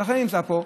ולכן אני נמצא פה,